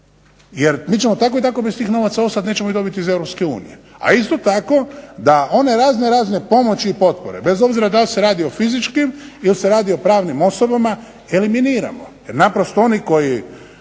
jer mi ćemo tako i tako bez tih novaca ostati, nećemo ih dobiti ih Europske unije. A isto tako da one raznorazne pomoći i potpori, bez obzira da li se radi o fizičkim ili se radi o pravnim osobama, eliminiramo jer naprosto oni koji